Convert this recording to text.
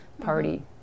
party